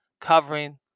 covering